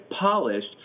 polished